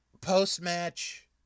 post-match